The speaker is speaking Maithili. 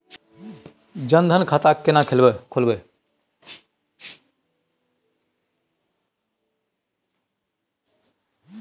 जनधन खाता केना खोलेबे?